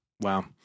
Wow